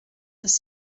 les